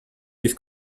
this